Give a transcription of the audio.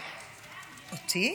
אותי?